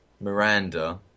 Miranda